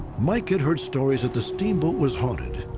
mike had heard stories that the steamboat was haunted.